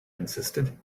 insisted